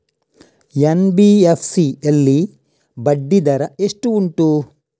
NBFC ಯಲ್ಲಿ ಬಡ್ಡಿ ದರ ಎಷ್ಟು ಉಂಟು?